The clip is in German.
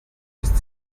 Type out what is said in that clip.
ist